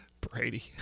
Brady